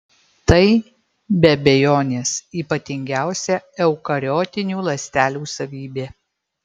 tai be abejonės ypatingiausia eukariotinių ląstelių savybė